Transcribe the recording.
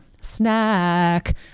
Snack